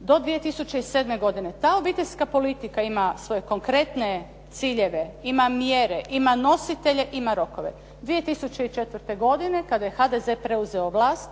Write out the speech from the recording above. do 2007. godine. Ta obiteljska politika ima svoje konkretne ciljeve ima mjere, ima nositelje, ima rokove. 2004. godine kada je HDZ preuzeo vlas,